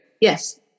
Yes